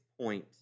point